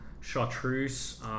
chartreuse